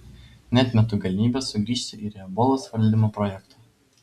neatmetu galimybės sugrįžti ir į ebolos valdymo projektą